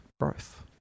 growth